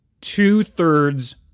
two-thirds